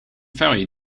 ferry